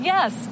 Yes